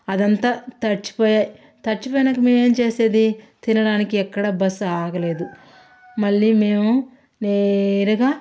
అదంతా తడిచిపోయి తడిచిపోయినాక మేము ఏం చేసేది తినడానికి ఎక్కడ బస్ ఆగలేదు మళ్ళీ మేము నేరుగా